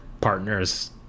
partners